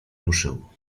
ruszył